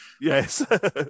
yes